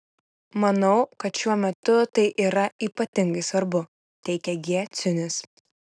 manau kad šiuo metu tai yra ypatingai svarbu teigia g ciunis